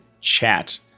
chat